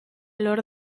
lor